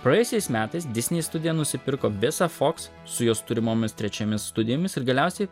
praėjusiais metais disney studija nusipirko visą fox su jos turimomis trečiomis studijomis ir galiausiai